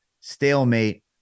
stalemate